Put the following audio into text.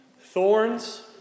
thorns